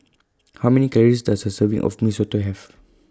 How Many Calories Does A Serving of Mee Soto Have